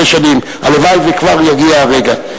הלוואי שכבר יגיע הרגע.